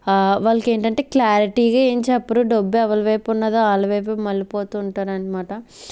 వాళ్ళకి ఏంటంటే క్లారిటీగా ఏం చెప్పరు డబ్బు ఎవరి వైపున్నదో వాళ్ళ వైపే మళ్ళీపోతు ఉంటారన్మాట